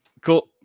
Cool